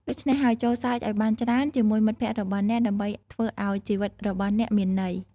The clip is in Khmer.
ដូច្នេះហើយ ចូរសើចឱ្យបានច្រើនជាមួយមិត្តភក្តិរបស់អ្នក ដើម្បីធ្វើឱ្យជីវិតរបស់អ្នកមានន័យ។